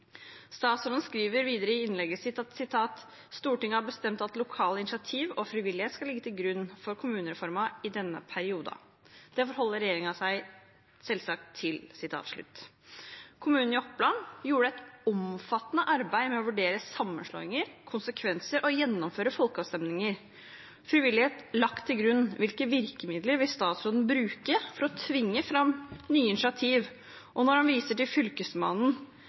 Statsråden skriver videre i innlegget sitt: «Stortinget har bestemt at lokale initiativ og frivillighet skal ligge til grunn for kommunereformen i denne perioden. Det forholder regjeringen seg selvsagt til.» Kommunene i Oppland gjorde et omfattende arbeid med å vurdere sammenslåinger og konsekvenser og gjennomføre folkeavstemninger. Frivillighet lagt til grunn – hvilke virkemidler vil statsråden bruke for å tvinge fram nye initiativ? Og når han viser til Fylkesmannen